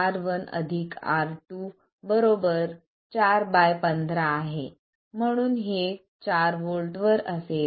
R1 R2 बरोबर 4 by 15 आहे म्हणून हे 4 व्होल्टवर असेल